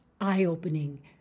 eye-opening